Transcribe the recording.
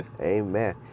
Amen